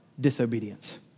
disobedience